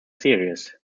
series